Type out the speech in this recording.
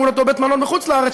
מול אותו בית מלון בחוץ לארץ,